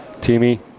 Timmy